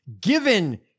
given